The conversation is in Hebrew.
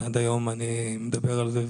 עד היום אני מדבר על זה,